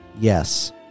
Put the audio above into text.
Yes